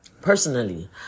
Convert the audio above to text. Personally